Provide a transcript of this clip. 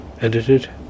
edited